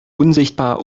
unsichtbar